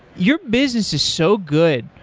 your business is so good.